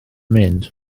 mynd